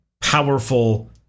powerful